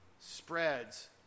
spreads